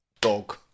Dog